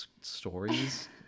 stories